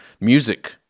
music